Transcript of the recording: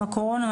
עם הקורונה,